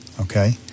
okay